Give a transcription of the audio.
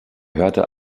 hörte